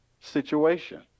situation